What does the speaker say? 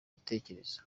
ibitekerezo